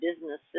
business